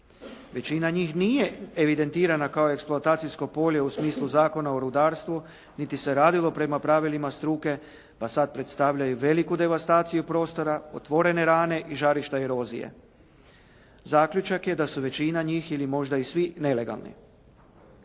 Većina njih nije evidentirana kao eksploatacijsko polje u smislu Zakona o rudarstvu niti se radilo po pravilima struke pa sada predstavljaju veliku devastaciju prostora, otvorene rane i žarišta i erozije. Zaključak je da su većina njih ili možda i svi nelegalni.